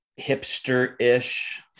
hipster-ish